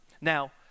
Now